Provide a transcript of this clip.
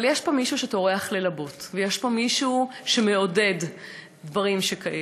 אבל יש פה מישהו שטורח ללבות ויש פה מישהו שמעודד דברים שכאלה.